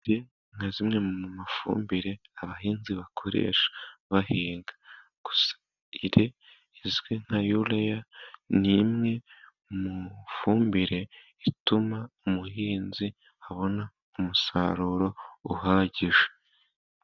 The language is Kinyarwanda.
Ire, nka zimwe mu mafumbire abahinzi bakoresha bahinga. Ire izwi nka yureya ni imwe mu fumbire ituma umuhinzi abona umusaruro uhagije.